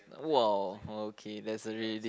!wow! okay that's a really